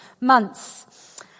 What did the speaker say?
months